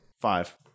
five